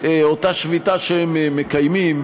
אותה שביתה שהם מקיימים,